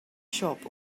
shop